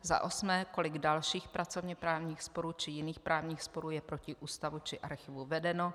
Za osmé, kolik dalších pracovněprávních sporů či jiných právních sporů je proti Ústavu či Archivu vedeno.